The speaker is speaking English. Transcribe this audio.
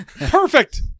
Perfect